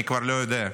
אני כבר לא יודע.